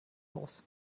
aus